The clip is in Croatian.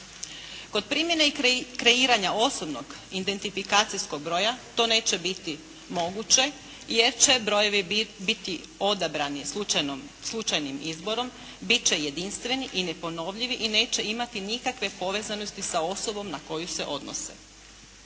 Kod primjene i kreiranja osobnog identifikacijskog broja to neće biti moguće jer će brojevi biti odabrani slučajnim izborom, biti će jedinstveni i neponovljivi i neće imati nikakve povezanosti sa osobom na koju se odnose.